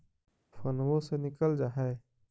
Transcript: फोनवो से निकल जा है?